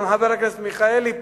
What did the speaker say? גם חבר הכנסת מיכאלי פה.